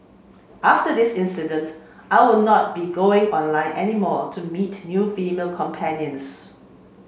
after this incident I will not be going online any more to meet new female companions